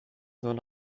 zone